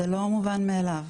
זה לא מובן מאליו.